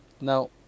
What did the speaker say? Now